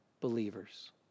believers